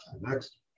next